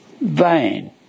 vain